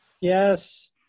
Yes